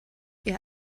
ihr